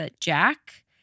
Jack